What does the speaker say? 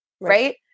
right